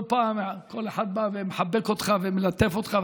לא פעם אחד בא ומחבק אותך ומלטף אותך,